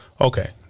Okay